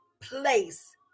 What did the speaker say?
place